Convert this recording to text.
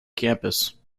campus